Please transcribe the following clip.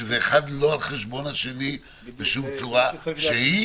שזה לא אחד על חשבון השני בשום צורה שהיא,